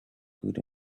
good